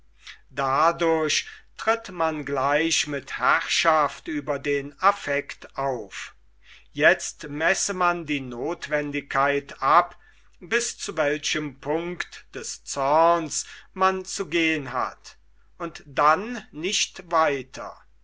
dadurch tritt man gleich mit herrschaft über den affekt auf jetzt messe man die notwendigkeit ab bis zu welchem punkt des zorns man zu gehen hat und dann nicht weiter